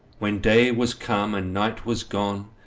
when day was come, and night was gone,